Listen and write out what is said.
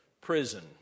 prison